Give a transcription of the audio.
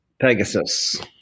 Pegasus